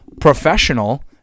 professional